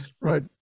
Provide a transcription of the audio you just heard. Right